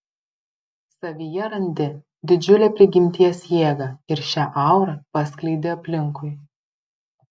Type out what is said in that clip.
savyje randi didžiulę prigimties jėgą ir šią aurą paskleidi aplinkui